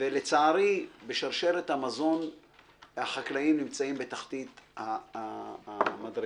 ולצערי בשרשרת המזון החקלאים נמצאים בתחתית המדרגה.